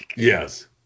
Yes